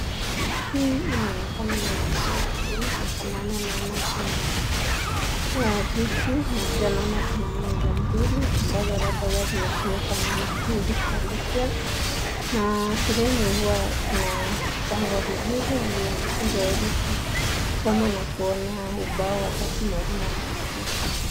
Hii inaonekana ni maeneo ya shule kwa maana naona kuna viti na pia naona kuna meza mbili ambazo labda huwa zinatumika na wanafunzi kuandikia na shuleni huwa inapangwa vizuri ili wanafunzi waweze kusoma na kuona ubao wakati mwalimu anafundisha.